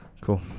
Cool